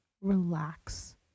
Relax